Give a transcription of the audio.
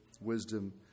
wisdom